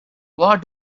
what